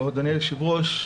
אדוני היושב-ראש,